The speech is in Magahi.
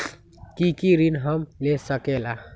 की की ऋण हम ले सकेला?